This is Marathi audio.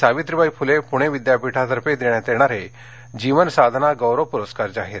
सावित्रीबाई फूले पूणे विद्यापीठातर्फे देण्यात येणारे जीवनसाधना गौरव प्रस्कार जाहीर